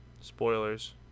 Spoilers